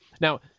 Now